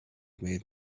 made